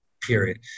period